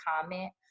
comment